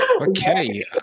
Okay